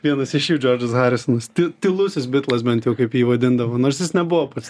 vienas iš jų džordžas haris nus ty tylusis bitlas bent jau kaip jį vadindavo nors jis nebuvo pats